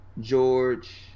George